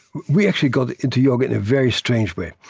we actually got into yoga in a very strange way.